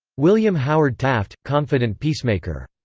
william howard taft, confident peacemaker.